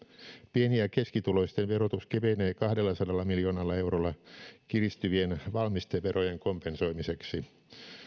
pieni ja keskituloisten verotus kevenee kahdellasadalla miljoonalla eurolla kiristyvien valmisteverojen kompensoimiseksi